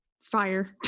fire